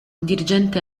dirigente